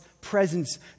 presence